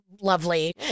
lovely